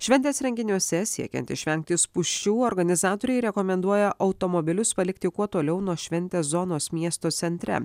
šventės renginiuose siekiant išvengti spūsčių organizatoriai rekomenduoja automobilius palikti kuo toliau nuo šventės zonos miesto centre